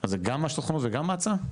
אז זה גם הסוכנות וגם הצ"ע?